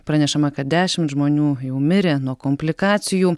pranešama kad dešimt žmonių jau mirė nuo komplikacijų